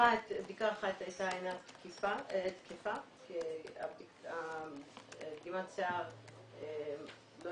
בדיקת אחת הייתה אינה תקפה כי דגימת השיער לא